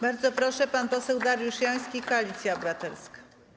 Bardzo proszę, pan poseł Dariusz Joński, Koalicja Obywatelska.